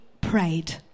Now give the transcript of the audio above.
prayed